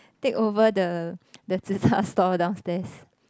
take over the the Zi-Char stall downstairs